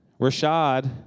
Rashad